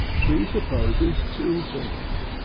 presupposes two things.